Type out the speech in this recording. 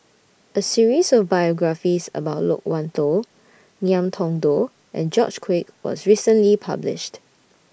A series of biographies about Loke Wan Tho Ngiam Tong Dow and George Quek was recently published